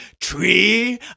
tree